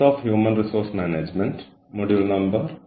human resource management ക്ലാസിലേക്ക് തിരികെ സ്വാഗതം